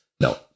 No